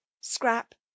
Scrap